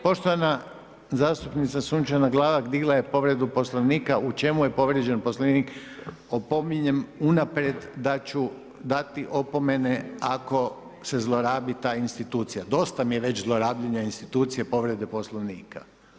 Poštovana zastupnica Sunčana Glavak, digla je povreda poslovnika, u čemu je povrijeđen poslovnik, opominjem unaprijed da ću dati opomene ako se zlorabi ta institucija, dosta mi je već zlorabljenja institucije povrede poslovnika.